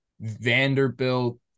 Vanderbilt